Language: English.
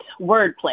wordplay